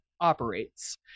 operates